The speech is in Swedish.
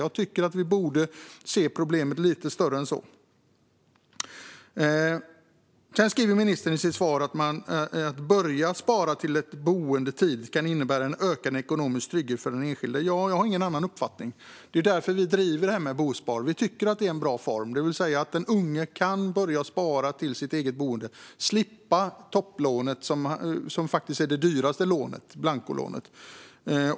Jag tycker att vi borde se problemet lite större än så. Ministern säger också i sitt svar att det kan innebära en ökad ekonomisk trygghet för den enskilde att börja spara till ett boende tidigt. Ja, jag har ingen annan uppfattning. Det är därför vi driver det här med bospar; vi tycker att det är en bra form. Det innebär att den unge kan börja spara till sitt eget boende och slippa topplånet - blankolånet - som faktiskt är det dyraste lånet.